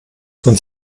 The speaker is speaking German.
von